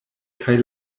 kaj